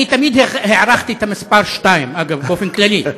אני תמיד הערכתי את המספר שתיים, אגב, באופן כללי.